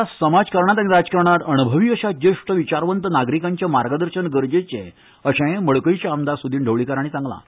आयच्या समाजकारणांत आनी राजकारणांत अणभवी अशा ज्येश्ठ विचारवंत नागरिकांचें मार्गदर्शन गरजेचें अशें मडकयचे आमदार सुदिन ढवळकारान सांगलें